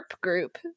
group